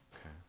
Okay